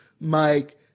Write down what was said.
Mike